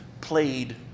played